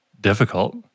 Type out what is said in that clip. difficult